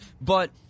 But-